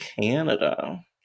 canada